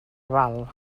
val